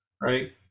right